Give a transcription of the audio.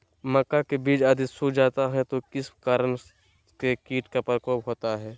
मक्का के बिज यदि सुख जाता है तो किस प्रकार के कीट का प्रकोप होता है?